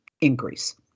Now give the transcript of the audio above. increase